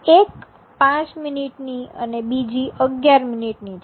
એક ૫ મિનિટ ની અને બીજી ૧૧ મિનિટ ની છે